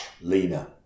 lena